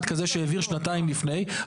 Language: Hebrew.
אחד כזה שהעביר שנתיים לפני,